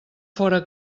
fóra